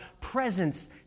presence